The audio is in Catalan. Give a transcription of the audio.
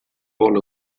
bon